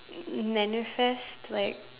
manifest like